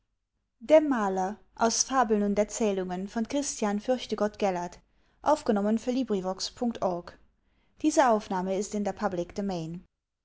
und erzählungen christian fürchtegott gellert